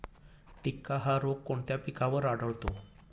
टिक्का हा रोग कोणत्या पिकावर आढळतो?